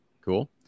Cool